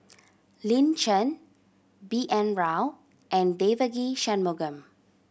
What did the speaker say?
Lin Chen B N Rao and Devagi Sanmugam